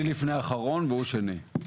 אני לפני האחרון, והוא שני.